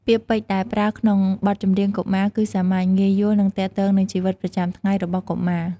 ពាក្យពេចន៍ដែលប្រើក្នុងបទចម្រៀងកុមារ គឺសាមញ្ញ ងាយយល់ និងទាក់ទងនឹងជីវិតប្រចាំថ្ងៃរបស់កុមារ។